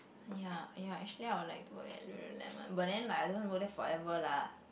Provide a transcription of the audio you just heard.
ya ya actually I would like to work at lulu-lemon but then like I don't want work there forever lah